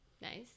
nice